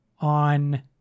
on